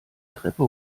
treppe